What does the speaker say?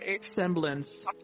semblance